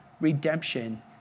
redemption